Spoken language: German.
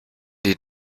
die